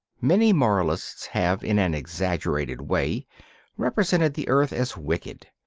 many moralists have in an exaggerated way represented the earth as wicked.